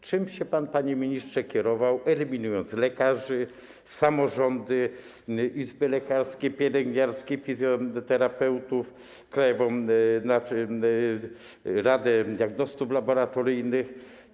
Czym się pan, panie ministrze, kierował, eliminując lekarzy, samorządy, izby lekarskie, pielęgniarskie, fizjoterapeutów, Krajową Izbę Diagnostów Laboratoryjnych?